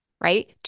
right